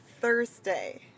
Thursday